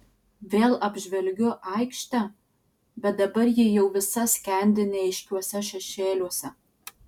vėl apžvelgiu aikštę bet dabar ji jau visa skendi neaiškiuose šešėliuose